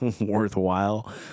Worthwhile